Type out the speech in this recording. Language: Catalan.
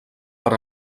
per